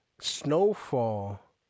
Snowfall